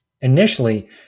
Initially